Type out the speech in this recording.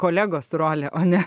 kolegos rolė o ne